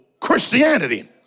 Christianity